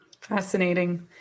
Fascinating